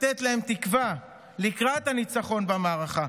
לתת להם תקווה לקראת הניצחון במערכה.